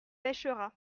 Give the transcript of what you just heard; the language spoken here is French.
pêchera